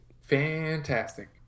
Fantastic